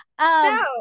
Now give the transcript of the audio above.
No